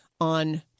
on